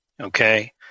Okay